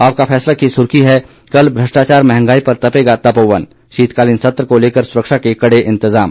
आपका फैसला की सुर्खी है कल भ्रष्टाचार मंहगाई पर तपेगा तपोवन शीतकालीन सत्र को लेकर सुरक्षा के कड़े इंतजाम